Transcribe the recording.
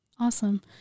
Awesome